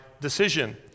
decision